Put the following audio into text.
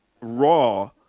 raw